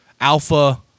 alpha